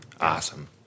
Awesome